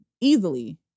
Easily